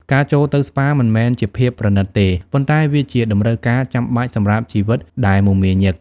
ការចូលទៅស្ប៉ាមិនមែនជាភាពប្រណីតទេ ប៉ុន្តែវាជាតម្រូវការចាំបាច់សម្រាប់ជីវិតដែលមមាញឹក។